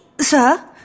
sir